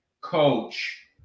coach